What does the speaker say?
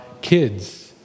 kids